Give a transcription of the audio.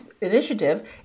initiative